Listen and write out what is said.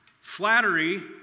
Flattery